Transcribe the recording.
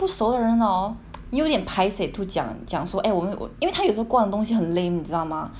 不熟的人 hor 有一点 paiseh to 讲讲说 eh 我没因为他有时候逛的东西很 lame 你知道 mah